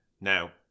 Now